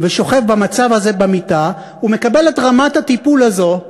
ושוכב במצב הזה במיטה, ומקבל את רמת הטיפול הזאת,